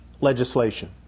legislation